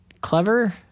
clever